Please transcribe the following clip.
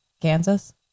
Kansas